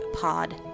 pod